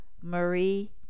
marie